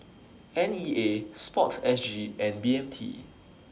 N E A Sport S G and B M T